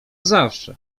zawsze